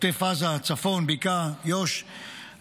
עוטף עזה, צפון, בקעה, יו"ש,